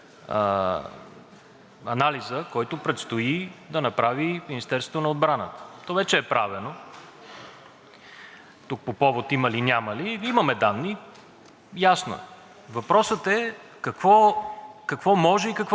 По повод има ли – няма ли, имаме данни, ясно е. Въпросът е, какво може и какво не може, защото, естествено, ние сме записали в Решението, както знаете: ще действаме според собствените си възможности.